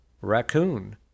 raccoon